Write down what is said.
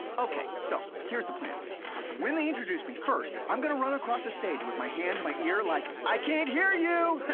okay, so here's the plan when they introduce me, first, i'm gonna run across the stage with my hand to my ear like, i can't heeeear you!